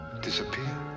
Disappear